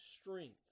strength